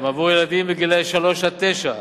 עבור ילדים בגילים שלוש עד תשע.